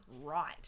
right